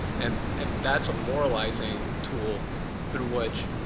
and and that's a moralizing tool through which